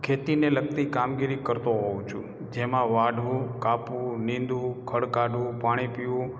ખેતીને લગતી કામગીરી કરતો હોઉં છું જેમાં વાઢવું કાપવું નીંદવું ખડ કાઢવું પાણી પીવું